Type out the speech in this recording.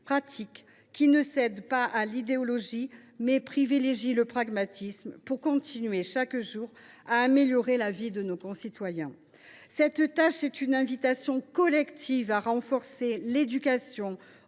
pratiques, qui ne cèdent pas à l’idéologie, mais qui privilégient le pragmatisme pour continuer, chaque jour, à améliorer la vie de nos concitoyens. Cette tâche est une invitation collective à renforcer l’éducation,